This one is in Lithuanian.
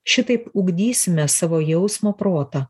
šitaip ugdysime savo jausmo protą